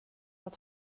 att